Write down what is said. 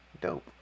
dope